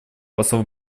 послов